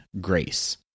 Grace